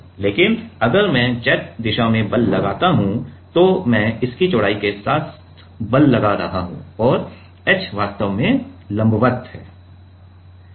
लेकिन अगर मैं Z दिशा में बल लगाता हूं तो मैं इसकी चौड़ाई के साथ बल लगा रहा हूं और h वास्तव में लंबवत है